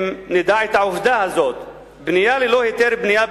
אם נדע את העובדה הזאת: בנייה ללא היתר בנייה